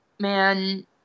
Man